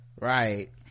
right